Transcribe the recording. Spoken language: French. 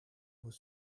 vos